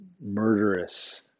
murderous